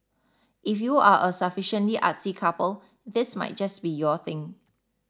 if you are a sufficiently artsy couple this might just be your thing